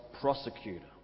prosecutor